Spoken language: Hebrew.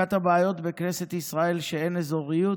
אחת הבעיות בכנסת ישראל היא שאין אזוריות.